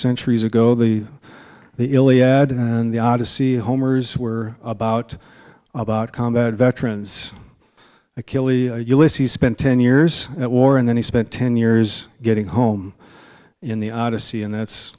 centuries ago the the iliad and the odyssey homers were about about combat veterans achille ulysses spent ten years at war and then he spent ten years getting home in the odyssey and that's